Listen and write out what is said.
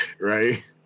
right